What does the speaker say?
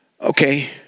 Okay